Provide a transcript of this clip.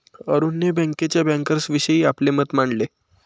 अरुणने बँकेच्या बँकर्सविषयीचे आपले मत मांडले